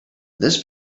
this